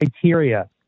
criteria